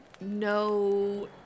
no